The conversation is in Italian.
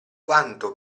quanto